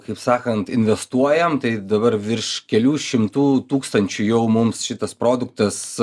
kaip sakant investuojam tai dabar virš kelių šimtų tūkstančių jau mums šitas produktas